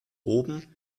oben